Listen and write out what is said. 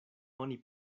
oni